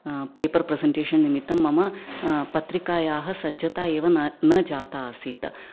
paper presentation निमित्तं मम पत्रिकायाः सज्जता एव न न जाता आसीत्